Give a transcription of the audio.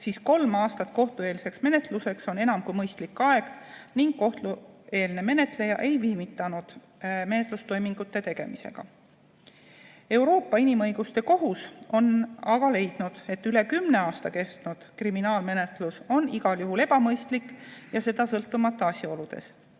siis kolm aastat kohtueelseks menetluseks oli enam kui mõistlik aeg ning kohtueelne menetleja ei viivitanud menetlustoimingute tegemisega. Euroopa Inimõiguste Kohus on aga leidnud, et üle kümne aasta kestnud kriminaalmenetlus on igal juhul ebamõistlik ja seda sõltumata asjaoludest.